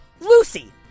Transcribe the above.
Lucy